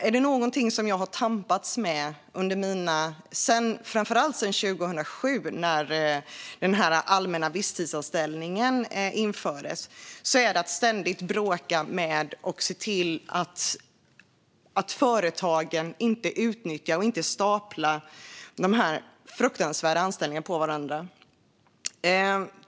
Är det något jag har tampats med, framför allt sedan 2007, när den allmänna visstidsanställningen infördes, är det att företagen inte ska utnyttja detta och stapla dessa fruktansvärda anställningar på varandra.